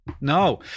No